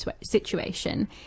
situation